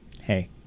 hey